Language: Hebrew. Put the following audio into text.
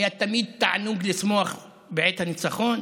היה תמיד תענוג לשמוח בעת הניצחון